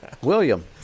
William